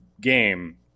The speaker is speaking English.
game